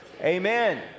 Amen